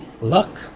luck